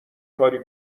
کاری